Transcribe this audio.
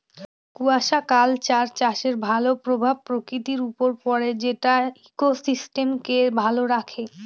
aquaculture চাষের ভালো প্রভাব প্রকৃতির উপর পড়ে যেটা ইকোসিস্টেমকে ভালো রাখে